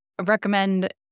recommend